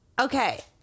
Okay